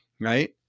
Right